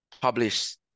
publish